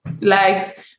legs